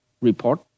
report